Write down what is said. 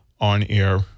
on-air